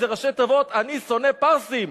זה ראשי תיבות של "אני שונא פרסים".